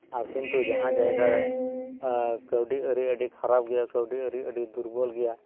ᱟᱨ ᱠᱤᱱᱛᱩ ᱡᱟᱦᱟᱸ ᱡᱟᱭᱜᱟ ᱨᱮ ᱠᱟᱹᱣᱰᱤ ᱟᱨᱤ ᱟᱰᱤ ᱠᱷᱟᱨᱟᱯ ᱜᱮᱭᱟ ᱠᱟᱣᱰᱤ ᱟᱨᱤ ᱟᱰᱤ ᱫᱩᱨᱵᱚᱞ ᱜᱮᱭᱟ